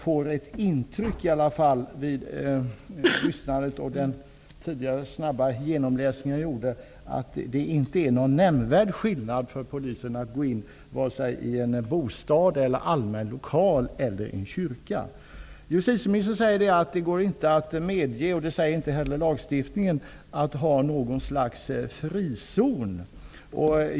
När jag lyssnade till justitieministern och när jag snabbt läste igenom svaret fick jag intrycket att det inte är någon nämnvärd skillnad för polisen att gå in i en bostad, en allmän lokal eller en kyrka. Justitieministern säger, vilket också framgår av lagstiftningen, att det inte går att medge något slags frizon.